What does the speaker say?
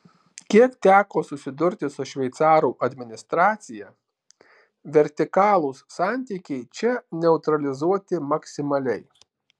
kiek teko susidurti su šveicarų administracija vertikalūs santykiai čia neutralizuoti maksimaliai